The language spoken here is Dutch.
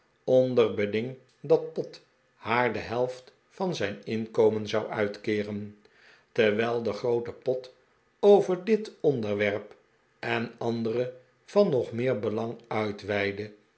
onder beding dat pott haar de helft'van zijn inkomen zou uitkeeren terwijl de groote pott over dit onderwerp en andere van nog meer belang uitweidde